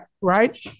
Right